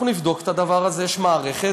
אנחנו נבדוק את הדבר הזה, יש מערכת.